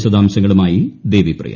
വിശദാംശങ്ങളുമായി ദേവിപ്രിയ